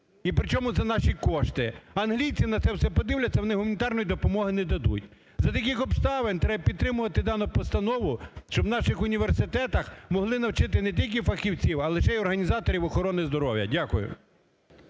і, причому, за наші кошти. Англійці на це все подивляться, вони гуманітарної допомоги не дадуть. За таких обставин треба підтримувати дану постанову, щоб в наших університетах могли навчити не тільки фахівців, а ще й організаторів охорони здоров'я. Дякую.